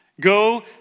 Go